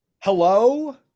Hello